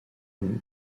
une